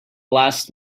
last